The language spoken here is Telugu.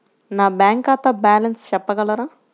నా బ్యాంక్ ఖాతా బ్యాలెన్స్ చెప్పగలరా?